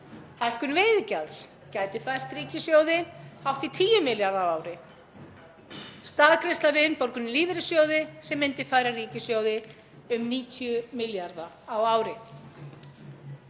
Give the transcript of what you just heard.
Hækkun veiðigjalds gæti fært ríkissjóði hátt í 10 milljarða á ári. Staðgreiðsla við innborgun í lífeyrissjóði sem myndi færa ríkissjóði um 90 milljarða á ári.